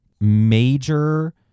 major